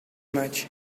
much